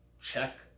Check